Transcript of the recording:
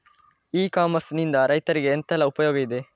E commerce ನಿಂದ ರೈತರಿಗೆ ಎಂತೆಲ್ಲ ಉಪಯೋಗ ಇದೆ?